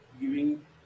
giving